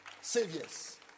Saviors